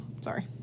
sorry